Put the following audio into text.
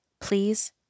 Please